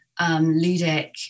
ludic